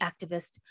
activist